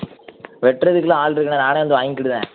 வெட்டுறதுக்கலாம் ஆள் இருக்குதுண்ணே நானே வந்து வாங்கிடுதேன்